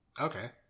Okay